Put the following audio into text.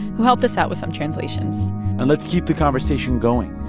who helped us out with some translations and let's keep the conversation going.